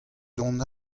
dont